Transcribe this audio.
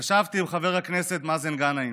ישבתי עם חבר הכנסת מאזן גנאים,